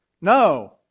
No